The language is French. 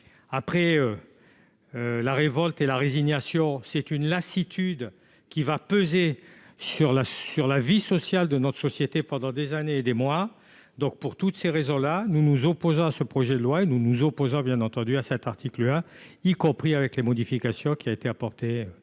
Après la révolte et la résignation, c'est la lassitude qui pèsera sur la vie sociale de notre société pendant des mois et des années. Pour toutes ces raisons, nous nous opposons à ce projet de loi et nous nous opposons à l'article 1, malgré les modifications apportées